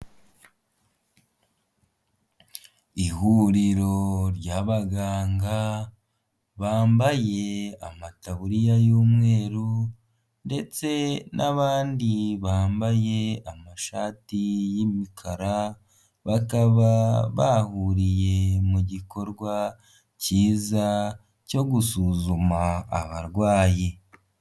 Ihuriro ry'abaganga bambaye amataburiya y'umweru ndetse n'abandi bambaye amashati y'imikara, bakaba bahuriye mu gikorwa cyiza cyo gusuzuma abarwayi.